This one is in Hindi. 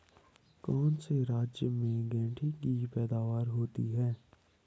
कौन से राज्य में गेंठी की पैदावार होती है?